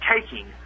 taking